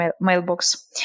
mailbox